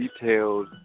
detailed